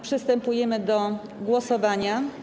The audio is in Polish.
Przystępujemy do głosowania.